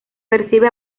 percibe